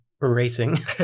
racing